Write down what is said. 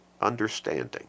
understanding